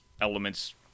elements